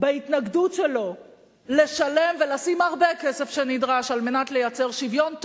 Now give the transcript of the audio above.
בהתנגדות שלו לשלם ולשים הרבה כסף שנדרש על מנת לייצר שוויון,